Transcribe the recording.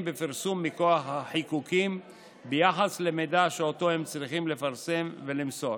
בפרסום מכוח החיקוקים ביחס למידע שאותו הם צריכים לפרסם ולמסור.